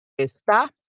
está